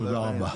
תודה רבה.